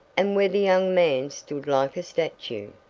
and where the young man stood like a statue.